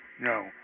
no